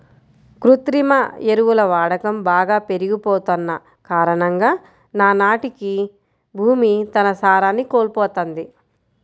కృత్రిమ ఎరువుల వాడకం బాగా పెరిగిపోతన్న కారణంగా నానాటికీ భూమి తన సారాన్ని కోల్పోతంది